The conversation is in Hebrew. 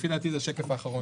לפי דעתי זה השקף האחרון.